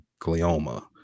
glioma